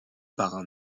par